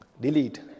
Delete